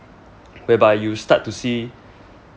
whereby you start to see